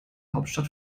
hauptstadt